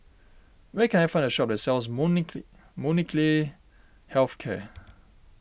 where can I find a shop that sells Molnylcke Health Care